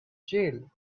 jail